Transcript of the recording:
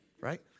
right